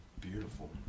beautiful